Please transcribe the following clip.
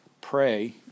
pray